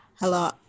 Hello